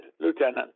lieutenant